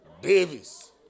Davis